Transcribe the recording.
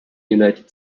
united